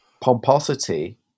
pomposity